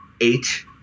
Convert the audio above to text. eight